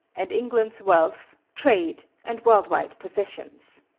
and england's wealth, trade and worldwide possessions.